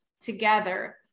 together